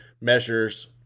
measures